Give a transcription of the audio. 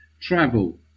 Travel